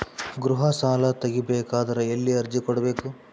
ಗೃಹ ಸಾಲಾ ತಗಿ ಬೇಕಾದರ ಎಲ್ಲಿ ಅರ್ಜಿ ಕೊಡಬೇಕು?